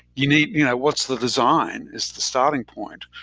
you know you know what's the design is the starting point?